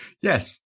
Yes